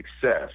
success